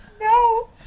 no